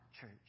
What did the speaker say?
church